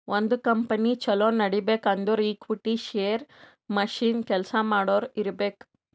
ಒಂದ್ ಕಂಪನಿ ಛಲೋ ನಡಿಬೇಕ್ ಅಂದುರ್ ಈಕ್ವಿಟಿ, ಶೇರ್, ಮಷಿನ್, ಕೆಲ್ಸಾ ಮಾಡೋರು ಇರ್ಬೇಕ್